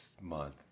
month